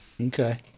okay